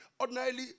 Ordinarily